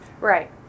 Right